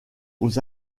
aux